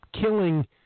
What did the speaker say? killing